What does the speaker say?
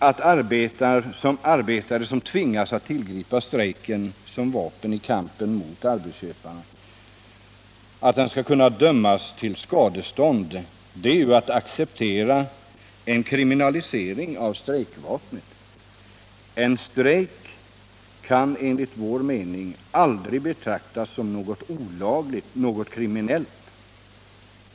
Att arbetare, som tvingas tillgripa strejk som vapen i kampen mot arbetsköparna, skall kunna dömas till skadestånd är ju att acceptera en kriminalisering av strejkvapnet. En strejk kan enligt vår mening aldrig betraktas som något olagligt eller kriminellt.